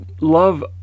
love